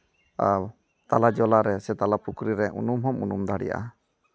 ᱟᱨ ᱛᱟᱞᱟ ᱡᱚᱞᱟ ᱨᱮ ᱥᱮ ᱛᱟᱞᱟ ᱯᱩᱠᱷᱨᱤ ᱨᱮ ᱩᱱᱩᱢ ᱦᱚᱸᱢ ᱩᱱᱩᱢ ᱫᱟᱲᱮᱭᱟᱜᱼᱟ